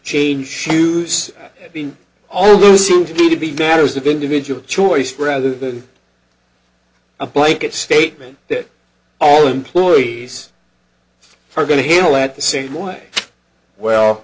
change shoes being all loose seem to be to be debtors of individual choice rather than a blanket statement that all employees are going to handle at the same way well